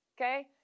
okay